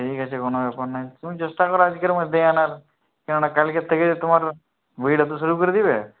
ঠিক আছে কোনো ব্যাপার নয় তুমি চেষ্টা করো আজকের মধ্যেই আনার কেননা কালকের থেকে তোমার ভিড় হতে শুরু করে দেবে